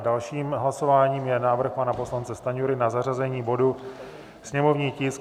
Dalším hlasováním je návrh pana poslance Stanjury na zařazení bodu, sněmovního tisku 947.